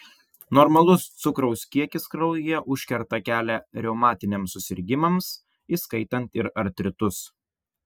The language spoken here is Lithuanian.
normalus cukraus kiekis kraujyje užkerta kelią reumatiniams susirgimams įskaitant ir artritus